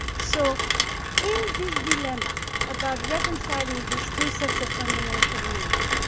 so in this dilemma about reconciling these two sets of fundamental needs,